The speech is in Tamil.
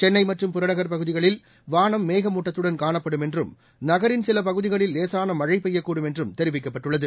சென்னை மற்றும் புறநகர் பகுதிகளில் வாளம் மேகமூட்டத்துடன் காணப்படும் என்றும் நகரின் சில பகுதிகளில் லேசான மழை பெய்யக்கூடும் என்றும் தெரிவிக்கப்பட்டுள்ளது